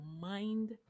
mind